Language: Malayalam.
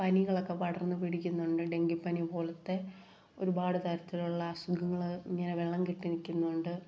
പനികളൊക്കെ പടർന്ന് പിടിക്കുന്നുണ്ട് ഡെങ്കിപ്പനി പോലത്തെ ഒരുപാട് തരത്തിലുള്ള അസുഖങ്ങൾ ഇങ്ങനെ വെള്ളം കെട്ടി നിൽക്കുന്നതു കൊണ്ട്